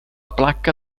placca